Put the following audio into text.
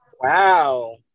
Wow